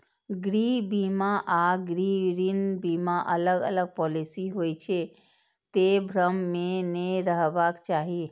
गृह बीमा आ गृह ऋण बीमा अलग अलग पॉलिसी होइ छै, तें भ्रम मे नै रहबाक चाही